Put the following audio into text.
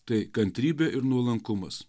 tai kantrybė ir nuolankumas